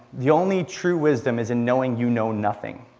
the only true wisdom is in knowing you know nothing.